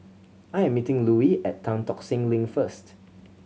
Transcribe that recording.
I am meeting Louie at Tan Tock Seng Link first